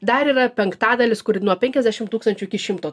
dar yra penktadalis kur nuo penkiasdešim tūkstančių iki šimto